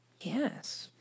Yes